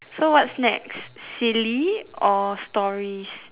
so what's next silly or stories